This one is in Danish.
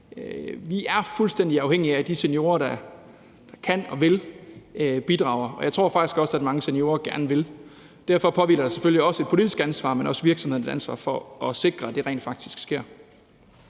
Vi er fuldstændig afhængige af, at de seniorer, der kan og vil, bidrager, og jeg tror faktisk også, at mange seniorer gerne vil. Derfor påhviler der selvfølgelig os et politisk ansvar, men der påhviler også virksomhederne et ansvar for at sikre, at det rent faktisk sker.